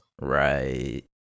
Right